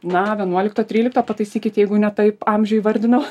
na vienuolikto trylikto pataisykit jeigu ne taip amžių įvardina